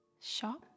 shop